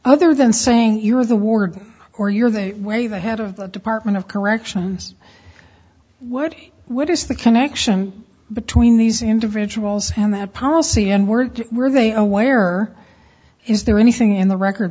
other than saying you have the warg or you're they way the head of the department of corrections what what is the connection between these individuals and that policy and were were they aware is there anything in the record